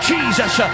Jesus